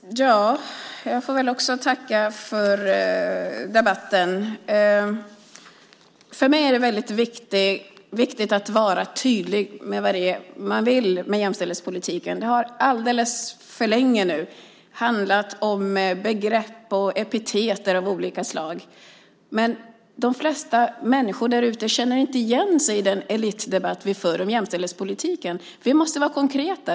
Herr talman! Jag får också tacka för debatten. För mig är det viktigt att vara tydlig med vad det är man vill med jämställdhetspolitiken. Det har alldeles för länge handlat om begrepp och epitet av olika slag. Men de flesta människor därute känner inte igen sig i den elitdebatt vi för om jämställdhetspolitiken. Vi måste vara konkreta.